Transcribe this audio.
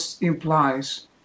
implies